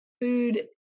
food